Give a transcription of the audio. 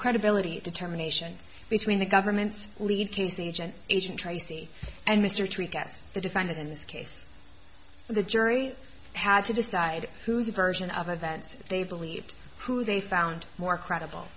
credibility determination between the government's lead casing agent agent tracey and mr tweak as the defendant in this case the jury had to decide whose version of events they believed who they found more credible